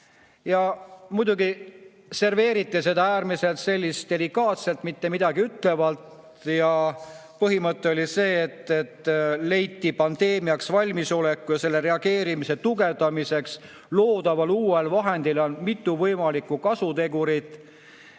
Muidugi serveeriti seda äärmiselt delikaatselt, mittemidagiütlevalt. Põhimõte oli see, et leiti, et pandeemiaks valmisoleku ja sellele reageerimise tugevdamiseks loodaval uuel vahendil on mitu võimalikku kasutegurit,